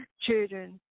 children